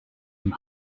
and